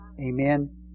Amen